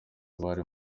abari